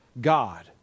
God